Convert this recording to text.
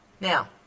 Now